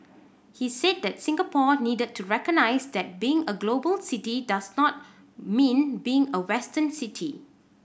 he said that Singapore needed to recognise that being a global city does not mean being a Western city